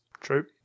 true